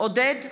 עודד פורר,